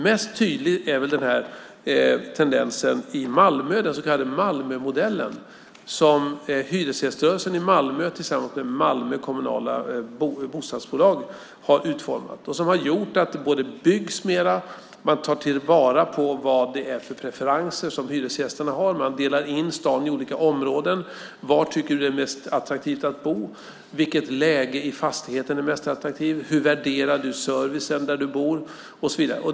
Mest tydlig är den här tendensen i Malmö med den så kallade Malmömodellen som hyresgäströrelsen i Malmö tillsammans med Malmö Kommunala Bostadsbolag har utformat. Den har gjort att det byggs mer. Man tar till vara de preferenser som hyresgästerna har. Man delar in staden i olika områden och frågar: Var tycker du att det är mest attraktivt att bo? Vilket läge i fastigheten är mest attraktivt? Hur värderar du servicen där du bor?